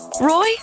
Roy